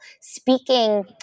Speaking